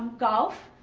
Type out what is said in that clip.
golf,